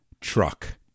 Truck